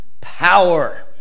power